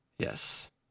Yes